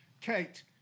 Kate